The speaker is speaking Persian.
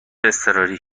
اضطراری